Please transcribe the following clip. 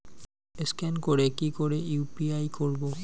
Scan করে কি করে ইউ.পি.আই করবো?